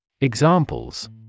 Examples